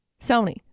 Sony